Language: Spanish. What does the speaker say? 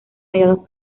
medianos